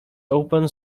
open